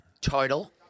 title